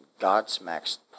Godsmack's